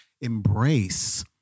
embrace